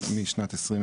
משנת 2020,